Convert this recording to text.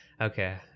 Okay